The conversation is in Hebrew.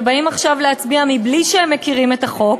ובאים עכשיו להצביע בלי שהם מכירים את החוק,